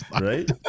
right